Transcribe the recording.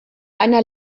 einer